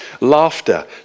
laughter